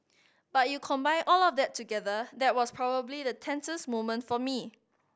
but you combine all of that together that was probably the tensest moment for me